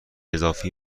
اضافی